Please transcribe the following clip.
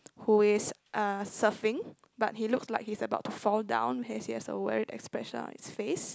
who is uh surfing but he looks like he is about to fall down you can see he has a worried expression on his face